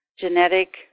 genetic